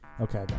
Okay